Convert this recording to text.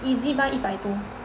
Ezbuy 一百多